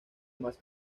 más